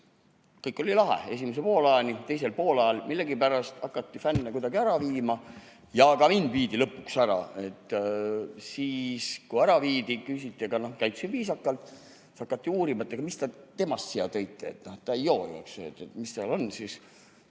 Kõik oli lahe esimesel poolajal, teisel poolajal millegipärast hakati fänne kuidagi ära viima ja ka mind viidi lõpuks ära. Siis, kui ära viidi, küsiti – noh, käitusid viisakalt –, hakati uurima, et aga mis te temast siia tõite, ta ei joo ju, eks ole, mis seal on siis.